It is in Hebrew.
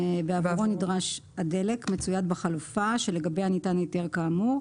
בעבורו נדרש הדלק מצויד בחלופה שלגביה ניתן היתר כאמור,